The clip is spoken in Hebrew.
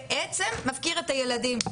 בעצם מפקיר את הילדים,